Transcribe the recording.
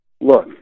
look